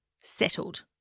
settled